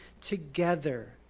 together